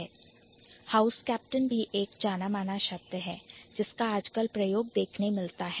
House Captain house captain भी एक जाना माना शब्द है जिसका आजकल प्रयोग देखने मिलता है